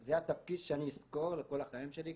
זה התפקיד שאני אזכור לכל החיים שלי.